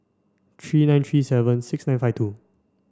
three nine three seven six nine five two